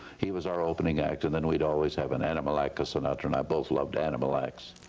he was our opening act, and then we'd always have an animal act because sinatra and i both loved animal acts.